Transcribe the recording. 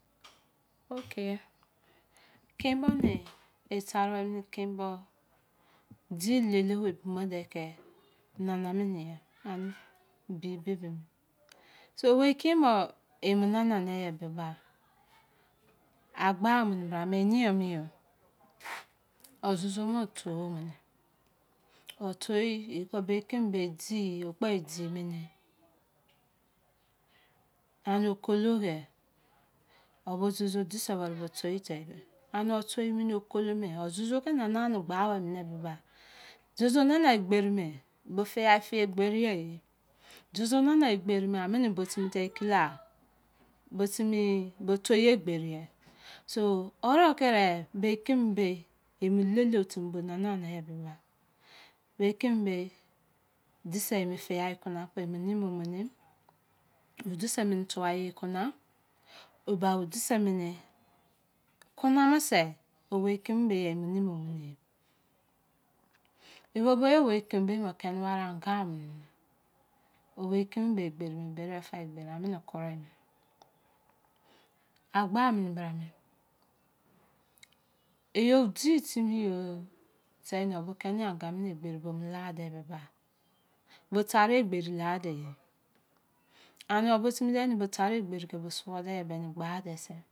Tceme tare ware min teme bo di ololo wai de-tce name mme yei, so owai keme bo enana dei gbe ma agba mi bra mene enio-mu ozuza nior, fei mene me-fce me beh di yo, ano kulo der eba zaza disi tei-de eni tu mene tcolo mo emene lele na wae mi gba zuzu nana egberi me fia fia egberi fe, zuzu nana egberi me wene timi bo tcile eh bo tini bo tei yo egberi alkeme metceme beh lolo timi nana deh me tceme beh di si mi edisi mi tua mene dou-na, o-ba edicenu ene eola bo sai me-fame beh munu mene.